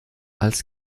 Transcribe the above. als